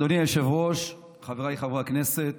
אדוני היושב-ראש, חבריי חברי הכנסת,